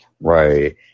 Right